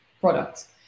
products